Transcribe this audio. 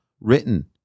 written